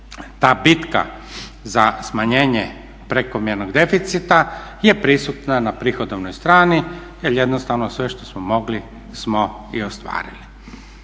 ta bitka za smanjenje prekomjernog deficita je prisutna na prihodovnoj strani jer jednostavno sve što smo mogli smo i ostvarili.